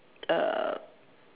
uh